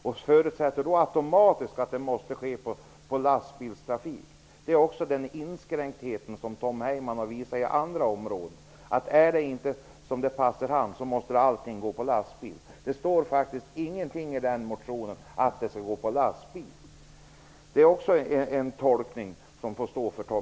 Han förutsätter automatiskt att transporterna måste ske med lastbilstrafik. Detta är ytterligare ett exempel på den inskränkthet som Tom Heyman har visat på andra områden. Om det inte pasar honom så måste all trafik ske med lastbil. Det står ingenting i motionen om att transporten skall ske med lastbil. Det är också en tolkning som får stå för Tom